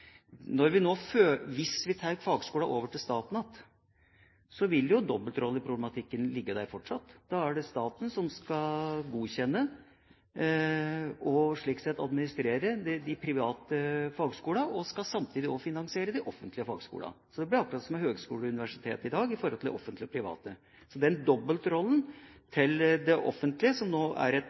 Hvis vi tar fagskolene over til staten igjen, vil jo dobbeltrolleproblematikken ligge der fortsatt. Da er det staten som skal godkjenne og slik sett administrere de private fagskolene, og samtidig finansiere de offentlige fagskolene. Det blir akkurat som med høgskoler og universiteter i dag i forhold til offentlige og private. Så dobbeltrollen til det offentlige, som nå er